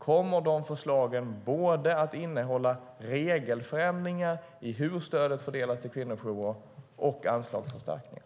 Kommer de förslagen att innehålla både regelförändringar när det gäller hur stödet fördelas till kvinnojourer och anslagsförstärkningar?